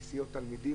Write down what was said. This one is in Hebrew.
נסיעות תלמידים,